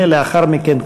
ולאחר מכן,